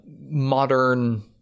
modern